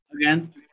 Again